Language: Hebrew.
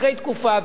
אחרי תקופה,